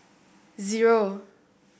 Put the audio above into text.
zero